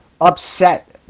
upset